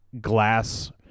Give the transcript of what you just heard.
glass